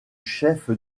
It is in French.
chef